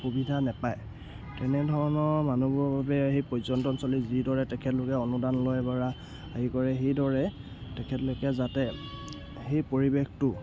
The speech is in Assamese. সুবিধা নাপায় তেনেধৰণৰ মানুহবোৰৰ বাবে সেই পৰ্যটন স্থলী যিদৰে তেখেতলোকে অনুদান লয় বা হেৰি কৰে সেইদৰে তেখেতলোকে যাতে সেই পৰিৱেশটো